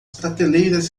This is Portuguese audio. prateleiras